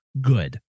good